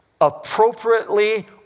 appropriately